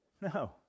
No